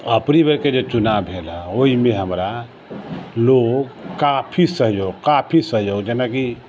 अबरी बेरके जे चुनाव भेल हँ ओहिमे हमरा लोग काफी सहयोग काफी सहयोग जेनाकि